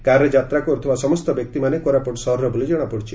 କାରରେ ଯାତ୍ରା କର୍ଥଥବା ସମସ୍ତ ବ୍ୟକ୍ତିମାନେ କୋରାପୁଟ ସହରର ବୋଲି ଜଶାପଡିଛି